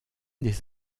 des